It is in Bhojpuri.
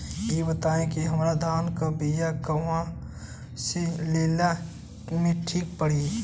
इ बताईं की हमरा धान के बिया कहवा से लेला मे ठीक पड़ी?